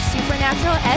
Supernatural